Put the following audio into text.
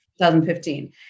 2015